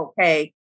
okay